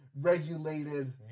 regulated